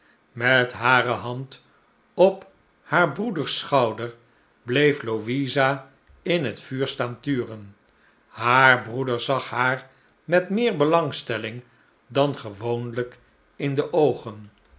met hare hand op haar breeders schouder bleef louisa in het vuur staan turen haar broeder zag haar met meer belangstelling dan gewoonlijk in de oogen